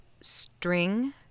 string